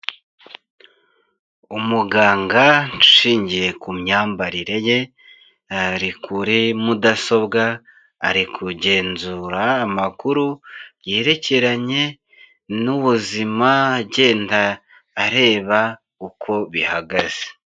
Umuganga nshingiye ku myambarire ye ari kuri mudasobwa ari kugenzura amakuru yerekeranye n'ubuzima agenda areba uko bihagaze.